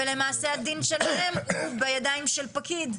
ולמעשה הדין שלהם הוא בידיים של פקיד.